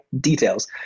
details